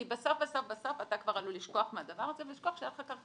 כי בסוף אתה כבר עלול לשכוח מהדבר הזה ולשכוח שהיה לך כרטיס,